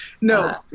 no